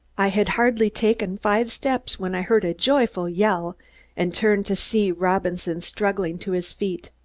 i had hardly taken five steps when i heard a joyful yell and turned to see robinson struggling to his feet,